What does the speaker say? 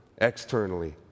Externally